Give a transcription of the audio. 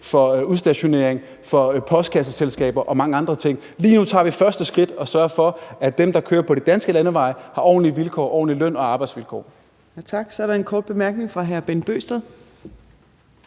udstationering, postkasseselskaber og mange andre ting. Lige nu tager vi første skridt og sørger for, at dem, der kører på de danske landeveje, har ordentlige vilkår: ordentlig løn og ordentlige arbejdsvilkår. Kl. 14:05 Fjerde næstformand (Trine